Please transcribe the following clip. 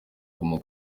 guma